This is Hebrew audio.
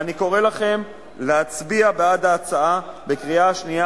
ואני קורא לכם להצביע בעד ההצעה בקריאה שנייה